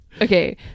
Okay